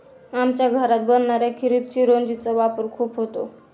आमच्या घरात बनणाऱ्या खिरीत चिरौंजी चा वापर खूप होतो